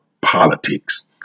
politics